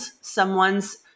someone's